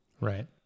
Right